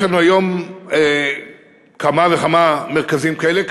יש לנו היום כמה וכמה מרכזים כאלה,